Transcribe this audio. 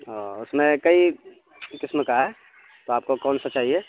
ہ اس میں کئی قسم کا ہے تو آپ کو کون سا چاہیے